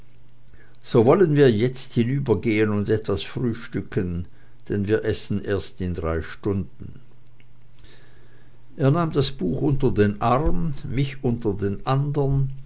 so wollen wir jetzt hinübergehen und etwas frühstücken denn wir essen erst in drei stunden er nahm das buch unter den einen arm mich unter den andern